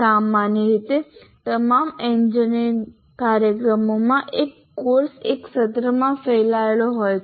સામાન્ય રીતે તમામ એન્જિનિયરિંગ કાર્યક્રમોમાં એક કોર્સ એક સત્રમાં ફેલાયેલો હોય છે